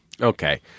Okay